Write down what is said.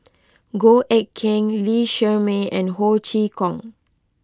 Goh Eck Kheng Lee Shermay and Ho Chee Kong